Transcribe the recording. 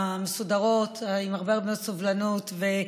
התשובות המסודרות, עם הרבה הרבה סבלנות.